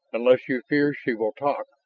unless you fear she will talk.